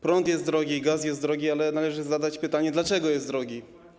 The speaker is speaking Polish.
Prąd jest drogi i gaz jest drogi, ale należy zadać pytanie: Dlaczego jest drogi?